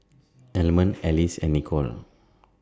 Almond Alice and Nichol